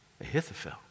Ahithophel